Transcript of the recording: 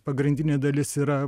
pagrindinė dalis yra